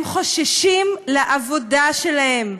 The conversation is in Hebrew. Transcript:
הם חוששים לעבודה שלהם,